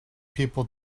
people